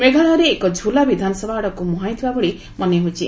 ମେଘାଳୟରେ ଏକ ଝୁଲା ବିଧାନସଭା ଆଡ଼କୁ ମୁହାଇଁଥିବା ଭଳି ମନେ ହେଉଛି